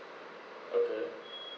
okay